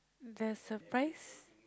there's surprise